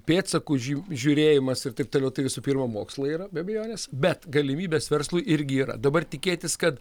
pėdsakų žiū žiūrėjimas ir taip toliau tai visų pirma mokslai yra be abejonės bet galimybės verslui irgi yra dabar tikėtis kad